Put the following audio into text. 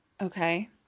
Okay